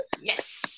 Yes